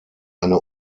eine